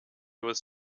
was